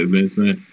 Vincent